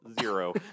zero